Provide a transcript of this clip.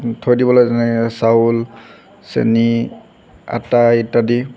থৈ দিবলৈ যেনেকৈ চাউল চেনী আটা ইত্যাদি